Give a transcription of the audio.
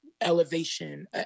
Elevation